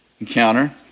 encounter